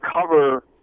cover